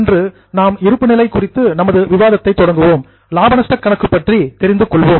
இன்று நாம் இருப்பு நிலை குறித்து நமது விவாதத்தை தொடங்குவோம் லாப நஷ்டக் கணக்கு பற்றி தெரிந்து கொள்வோம்